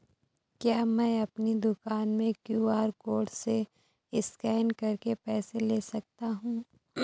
क्या मैं अपनी दुकान में क्यू.आर कोड से स्कैन करके पैसे ले सकता हूँ?